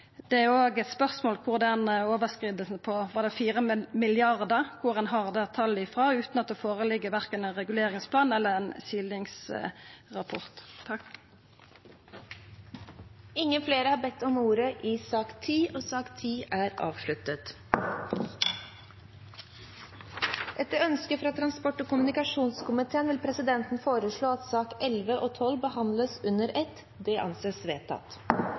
Det er òg eit spørsmål om kor ein har talet på overskridinga frå – på 4 mrd. kr – når det ikkje finst verken ein reguleringsplan eller ein silingsrapport. Flere har ikke bedt om ordet til sak nr. 10. Etter ønske fra transport- og kommunikasjonskomiteen vil presidenten foreslå at sakene nr. 11 og 12 behandles under ett. – Det anses vedtatt.